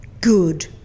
good